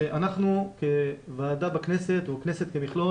שאנחנו כוועדה בכנסת או כנסת במכלול